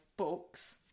Books